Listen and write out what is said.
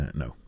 no